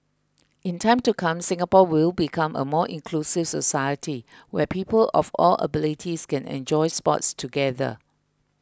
in time to come Singapore will become a more inclusive society where people of all abilities can enjoy sports together